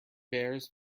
bears